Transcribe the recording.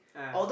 ah